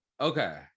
Okay